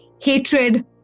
hatred